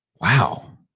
Wow